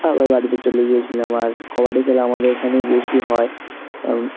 আবার বাড়িতে চলে গিয়েছিলাম আর কবাডি খেলা আমাদের এখানেই বেশি হয়